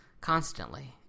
constantly